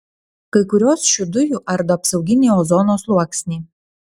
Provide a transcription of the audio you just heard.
kai kurios šių dujų ardo apsauginį ozono sluoksnį